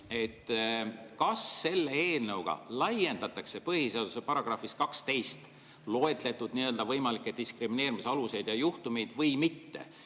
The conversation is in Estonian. Kas selle eelnõuga laiendatakse põhiseaduse §‑s 12 loetletud nii‑öelda võimalikke diskrimineerimise aluseid ja juhtumeid või mitte?